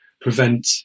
prevent